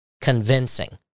convincing